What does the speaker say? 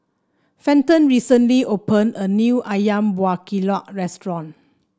Fenton recently open a new ayam Buah Keluak restaurant